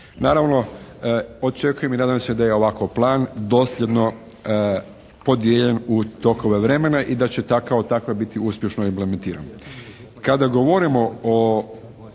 Naravno očekujem i nadam se da je ovako plan dosljedno podijeljen u tokove vremena i da će takva biti uspješno implementiran.